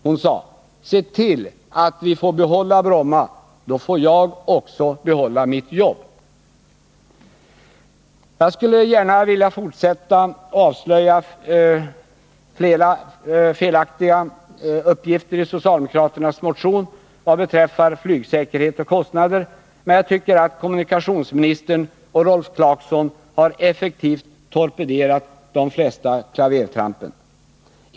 Hon sade: ”Se till att vi får behålla Bromma, då får jag också behålla mitt jobb.” Jag skulle gärna vilja fortsätta att avslöja: flera felaktiga uppgifter i socialdemokraternas motion vad beträffar flygsäkerhet och kostnader, men jag tycker att kommunikationsministern och Rolf Clarkson effektivt har torpederat de flesta klavertrampen.